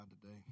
today